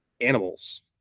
animals